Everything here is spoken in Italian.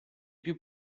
più